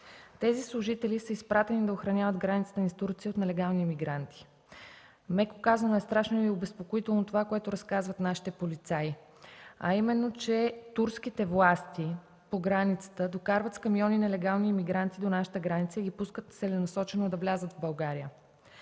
Тези служители са изпратени да охраняват границата ни с Турция от нелегални имигранти. Меко казано е страшно и обезпокоително това, което разказват нашите полицаи, а именно, че турските власти по границата докарват с камиони нелегални имигранти до нашата граница и ги пускат целенасочено да влязат в България.